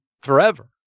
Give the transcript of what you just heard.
Forever